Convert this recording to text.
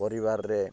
ପରିବାରରେ